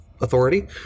authority